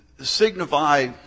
signify